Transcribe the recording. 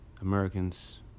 Americans